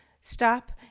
stop